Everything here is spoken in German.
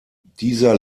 dieser